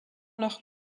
leur